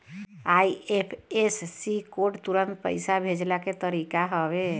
IFSC code तुरंत पईसा भेजला के तरीका हवे